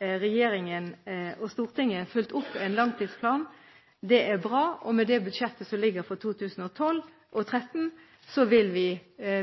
regjeringen og Stortinget fulgt opp en langtidsplan. Det er bra, og med det budsjettet som ligger for 2012 og 2013, vil vi